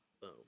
boom